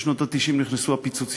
בשנות ה-90 נכנסו הפיצוציות,